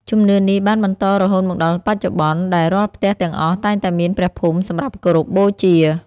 ជំនឿនេះបានបន្តរហូតមកដល់បច្ចុប្បន្ន ដែលរាល់ផ្ទះទាំងអស់តែងតែមានព្រះភូមិសម្រាប់គោរពបូជា។